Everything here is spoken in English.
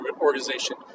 organization